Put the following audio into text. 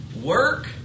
Work